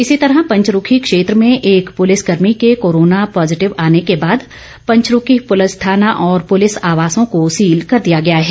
इसी तरह पंचरूखी क्षेत्र में एक पुलिस कर्मी के कोर्राना पॉजिटिव आने को बाद पंचरूखी पुलिस थाना और पुलिस आवासों को सील कर दिया गया है